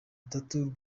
tatu